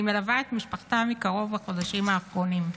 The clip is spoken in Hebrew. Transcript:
מלווה את משפחתה מקרוב בחודשים האחרונים,